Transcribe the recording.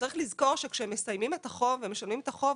וצריך לזכור שכשמסיימים את החוב ומשלמים את החוב